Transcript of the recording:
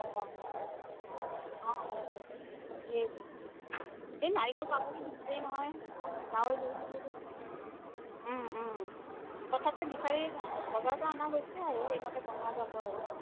অঁ অঁ এই নাৰিকল পাবই দিগদাৰি নহয় তথাপিও বিচাৰি বজাৰৰ পৰা অনা হৈছে আৰু সেইমতে বনোৱা যাব আৰু